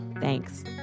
Thanks